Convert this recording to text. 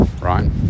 right